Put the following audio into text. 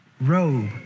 robe